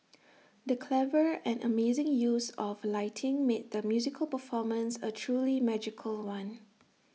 the clever and amazing use of lighting made the musical performance A truly magical one